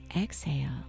exhale